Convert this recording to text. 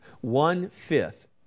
one-fifth